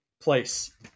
place